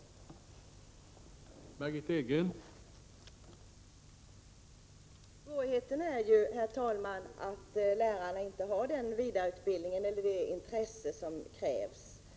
11 december 1987